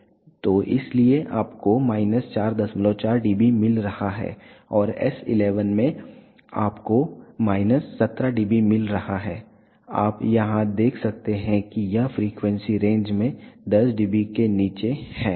तो इसीलिए आपको माइनस 44 डीबी मिल रहा है और S11 में आपको माइनस 17 dB मिल रहा है आप यहां देख सकते हैं कि यह फ्रीक्वेंसी रेंज में 10 dB से नीचे है